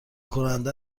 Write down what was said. کننده